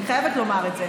אני חייבת לומר את זה,